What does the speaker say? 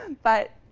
but